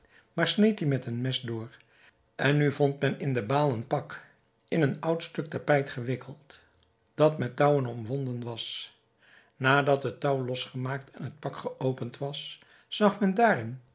maar sneed dien met een mes door en nu vond men in de baal een pak in een oud stuk tapijt gewikkeld dat met touwen omwonden was nadat het touw losgemaakt en het pak geopend was zag men daarin